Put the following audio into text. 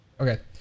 Okay